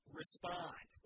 respond